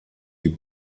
die